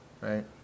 right